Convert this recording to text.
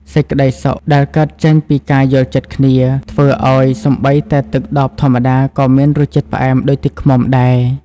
សេចក្តីសុខដែលកើតចេញពីការយល់ចិត្តគ្នា ធ្វើឱ្យសូម្បីតែទឹកដបធម្មតាក៏មានរសជាតិផ្អែមដូចទឹកឃ្មុំដែរ។